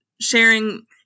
sharing